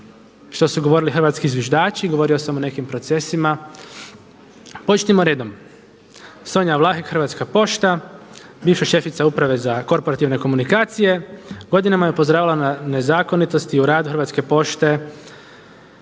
što su govorili hrvatski zviždači, govorio sam o nekim procesima. Počnimo redom Sonja Vlahek Hrvatska pošta, bivša šefica Uprave za korporativne komunikacije godinama je upozoravala na nezakonitosti u radu Hrvatske pošte,